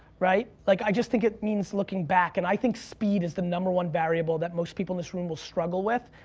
right? like i just think it means looking back and i think speed is the number one variable that most people in this room will struggle with.